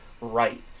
Right